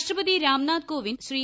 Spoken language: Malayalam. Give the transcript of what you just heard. രാഷ്ട്രപതി രാംനാഥ് കോവിന്ദ് ശ്രീ